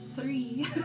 Three